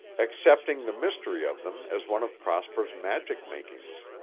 accepting the mystery of them as one of prosper's magic-makings.